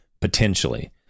potentially